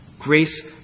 Grace